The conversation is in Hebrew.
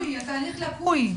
התהליך לקוי.